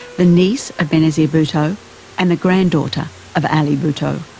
the niece of benazir bhutto and the granddaughter of ali bhutto.